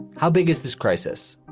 how big is this crisis?